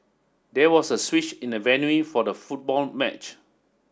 there was a switch in the venue for the football match